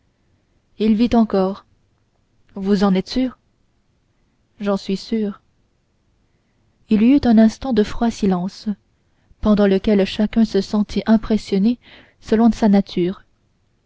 il vit encore vous en êtes sûr j'en suis sûr il y eut un instant de froid silence pendant lequel chacun se sentit impressionné selon sa nature